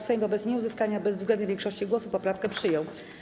Sejm wobec nieuzyskania bezwzględnej większości głosów poprawkę przyjął.